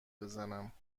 بزنم